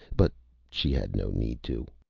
but she had no need to.